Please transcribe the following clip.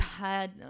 bad